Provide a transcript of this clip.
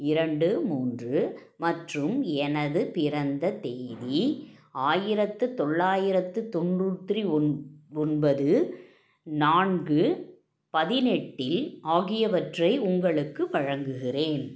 இரண்டு மூன்று மற்றும் எனது பிறந்த தேதி ஆயிரத்தி தொள்ளாயிரத்தி தொண்ணூத்தி ஒன் ஒன்பது நான்கு பதினெட்டு இல் ஆகியவற்றை உங்களுக்கு வழங்குகிறேன்